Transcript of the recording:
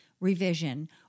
revision